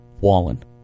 Wallen